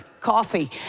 coffee